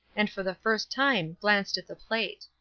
and for the first time glanced at the plate.